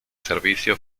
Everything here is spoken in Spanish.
servicio